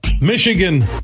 Michigan